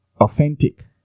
authentic